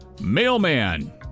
Mailman